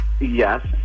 Yes